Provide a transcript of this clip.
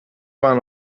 war